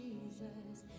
Jesus